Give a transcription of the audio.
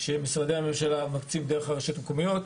שמשרדי הממשלה מקצים דרך הרשויות המקומיות,